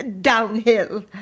downhill